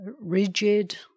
rigid